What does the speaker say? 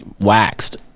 waxed